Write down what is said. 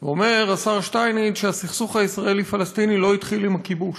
ואומר השר שטייניץ שהסכסוך הישראלי פלסטיני לא התחיל עם הכיבוש.